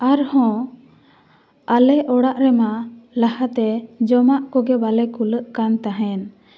ᱟᱨᱦᱚᱸ ᱟᱞᱮ ᱚᱲᱟᱜ ᱨᱮᱢᱟ ᱞᱟᱦᱟᱛᱮ ᱡᱚᱢᱟᱜ ᱠᱚᱜᱮ ᱵᱟᱞᱮ ᱠᱩᱞᱟᱹᱜ ᱠᱟᱱ ᱛᱟᱦᱮᱱ